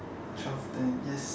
twelve ten yes